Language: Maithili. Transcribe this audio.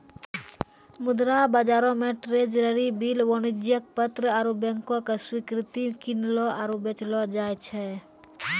मुद्रा बजारो मे ट्रेजरी बिल, वाणिज्यक पत्र आरु बैंको के स्वीकृति किनलो आरु बेचलो जाय छै